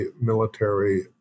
military